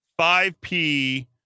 5P